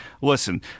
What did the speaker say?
listen